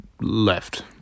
left